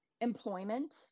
Employment